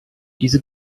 diese